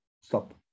stop